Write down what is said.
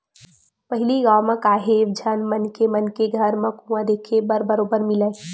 पहिली गाँव म काहेव झन मनखे मन के घर म कुँआ देखे बर बरोबर मिलय